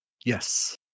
Yes